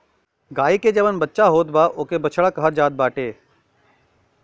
गाई के जवन बच्चा होत बा ओके बछड़ा कहल जात बाटे